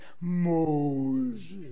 Moses